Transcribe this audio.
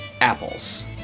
apples